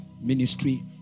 Ministry